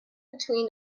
between